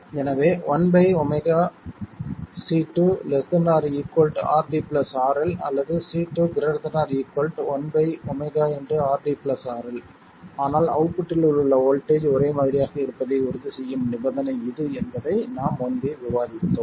எனவே 1 ω C2 ≤ RD RL அல்லது C2 ≥ 1 ω RD RL ஆனால் அவுட்புட்டில் உள்ள வோல்ட்டேஜ் ஒரே மாதிரியாக இருப்பதை உறுதிசெய்யும் நிபந்தனை இது என்பதை நாம் முன்பே விவாதித்தோம்